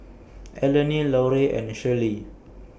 Eleni Larue and Shirlee